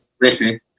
Listen